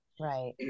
Right